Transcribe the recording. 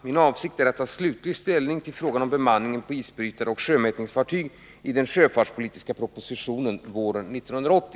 Min avsikt är att ta slutlig ställning till frågan om bemanningen på isbrytare och sjömätningsfartyg i den sjöfartspolitiska propositionen våren 1980.